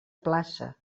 plaça